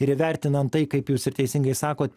ir įvertinant tai kaip jūs ir teisingai sakot